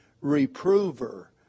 reprover